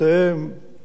כדי לראות מה עושים,